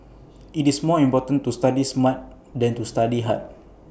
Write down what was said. IT is more important to study smart than to study hard